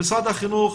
משרד החינוך